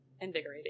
invigorating